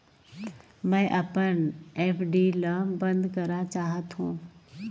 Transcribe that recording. मैं अपन एफ.डी ल बंद करा चाहत हों